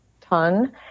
ton